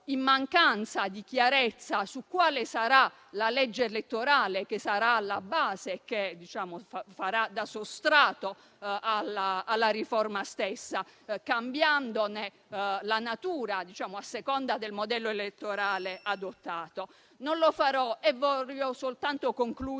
in mancanza di chiarezza su quale sarà la legge elettorale che sarà alla base e che farà da sostrato alla riforma stessa, cambiandone la natura a seconda del modello elettorale adottato. Non lo farò e desidero soltanto concludere